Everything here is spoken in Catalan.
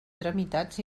tramitats